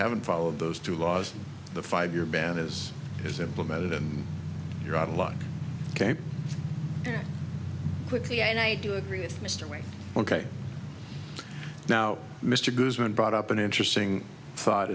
haven't followed those two laws the five year ban is is implemented and you're out of luck came quickly and i do agree with mr wayne ok now mr goodman brought up an interesting thought